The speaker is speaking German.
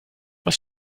was